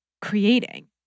creating